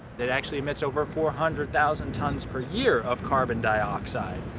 it actually emits over four hundred thousand tons per year of carbon dioxide.